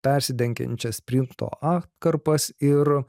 persidengiančias sprinto atkarpas ir